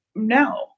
no